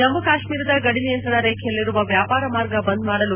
ಜಮ್ಮು ಕಾಶ್ಮೀರದ ಗಡಿ ನಿಯಂತ್ರಣ ರೇಖೆಯಲ್ಲಿರುವ ವ್ಯಾಪಾರ ಮಾರ್ಗ ಬಂದ್ ಮಾಡಲು